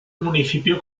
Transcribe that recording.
municipio